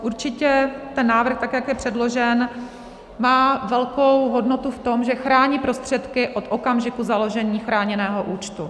Určitě ten návrh, tak jak je předložen, má velkou hodnotu v tom, že chrání prostředky od okamžiku založení chráněného účtu.